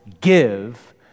give